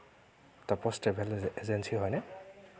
টাপ'জ travel agency হয়নে